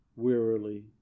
wearily